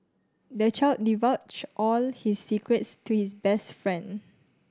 the child divulged all his secrets to his best friend